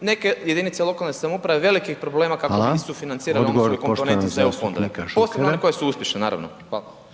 neke jedinice lokalne samouprave velikih problema kako bi sufinancirale … /Govornici govore u isto vrijeme, ne razumije